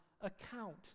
account